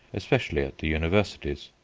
especially at the universities.